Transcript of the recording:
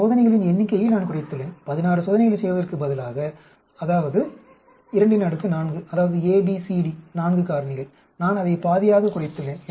சோதனைகளின் எண்ணிக்கையை நான் குறைத்துள்ளேன் 16 சோதனைகளைச் செய்வதற்கு பதிலாக அதாவது 24 அதாவது A B C D 4 காரணிகள் நான் அதை பாதியாக குறைத்துள்ளேன்